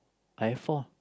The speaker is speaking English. I have four